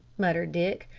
muttered dick.